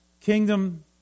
kingdom